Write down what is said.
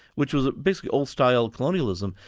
which was basically old-style colonialism,